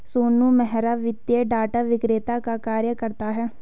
सोनू मेहरा वित्तीय डाटा विक्रेता का कार्य करता है